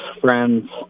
friends